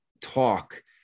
talk